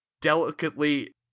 delicately